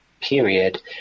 period